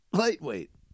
Lightweight